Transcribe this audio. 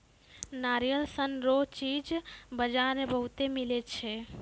नारियल सन रो चीज बजार मे बहुते मिलै छै